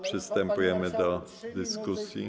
Przystępujemy do dyskusji.